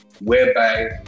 whereby